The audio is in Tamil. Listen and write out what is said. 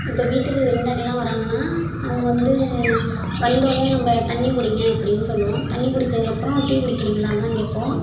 இப்போ வீட்டுக்கு விருந்தாடிலாம் வராங்கன்னால் அவங்க வந்து வந்தோடனே நம்ம தண்ணி குடிங்க அப்படினு சொல்லுவோம் தண்ணி குடித்ததுக்கப்புறம் டீ குடிக்கிறீங்களானு தான் கேட்போம்